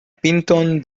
pinton